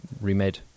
remade